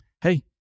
hey